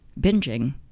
binging